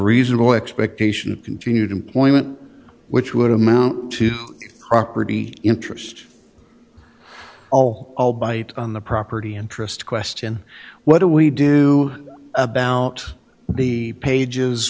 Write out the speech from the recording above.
reasonable expectation of continued employment which would amount to property interest all i'll bite on the property interest question what do we do about the pages